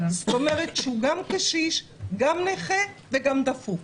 זאת אומרת, הוא גם קשיש, גם נכה וגם דפוק.